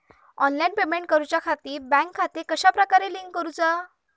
Online payment करुच्याखाती bank खाते कश्या प्रकारे लिंक करुचा?